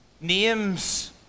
Names